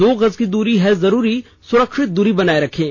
दो गज की दूरी है जरूरी सुरक्षित दूरी बनाए रखें